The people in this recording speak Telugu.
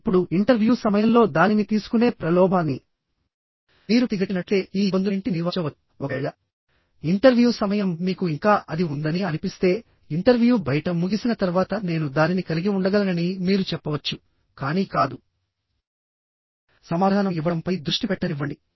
ఇప్పుడు ఇంటర్వ్యూ సమయంలో దానిని తీసుకునే ప్రలోభాన్ని మీరు ప్రతిఘటించినట్లయితే ఈ ఇబ్బందులన్నింటినీ నివారించవచ్చు ఒకవేళ ఇంటర్వ్యూ సమయం మీకు ఇంకా అది ఉందని అనిపిస్తే ఇంటర్వ్యూ బయట ముగిసిన తర్వాత నేను దానిని కలిగి ఉండగలనని మీరు చెప్పవచ్చు కానీ కాదు సమాధానం ఇవ్వడంపై దృష్టి పెట్టనివ్వండి